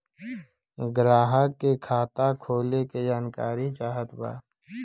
ग्राहक के खाता खोले के जानकारी चाहत बा?